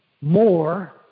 more